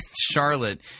Charlotte